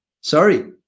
Sorry